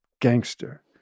gangster